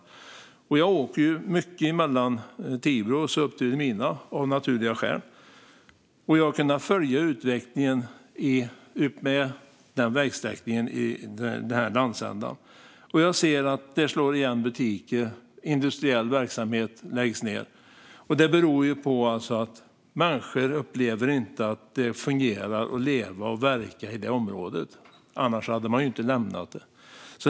Jag åker av naturliga skäl mycket mellan Tibro och Vilhelmina och har kunnat följa utvecklingen längs den vägsträckningen och i de landsändarna. Butiker slås igen och industriell verksamhet läggs ned. Det beror på att människor inte upplever att det fungerar att leva och verka i området. Annars hade de inte lämnat det.